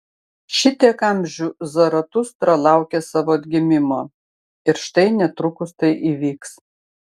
šitiek amžių zaratustra laukė savo atgimimo ir štai netrukus tai įvyks